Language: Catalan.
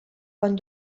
quan